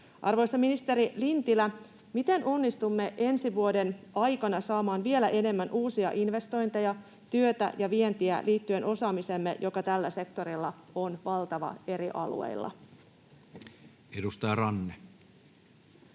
Arvoisa ministeri Lintilä: miten onnistumme ensi vuoden aikana saamaan vielä enemmän uusia investointeja, työtä ja vientiä liittyen osaamiseemme, joka tällä sektorilla on valtava eri alueilla? Edustaja Ranne.